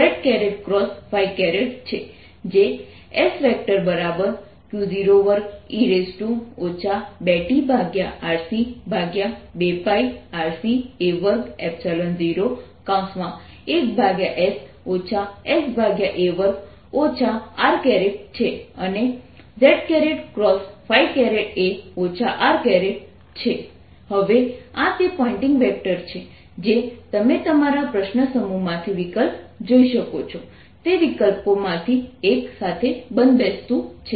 S10 EB E Q0e tRCa20 z S Q02e 2tRC2πRC a20 1s sa2 z S Q02e 2tRC2πRC a201s sa2 r હવે આ તે Poynting vector છે જે તમે તમારા પ્રશ્ન સમૂહમાંથી વિકલ્પો જોઈ શકો છો તે વિકલ્પોમાંથી એક સાથે બંધબેસતું છે